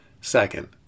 Second